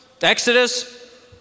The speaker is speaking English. Exodus